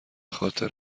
خاطر